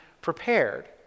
prepared